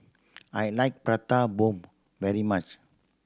I like Prata Bomb very much